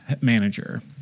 manager